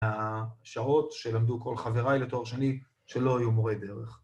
השעות שלמדו כל חברי לתואר שני שלא היו מורה דרך.